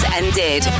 ended